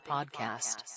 Podcast